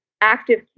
active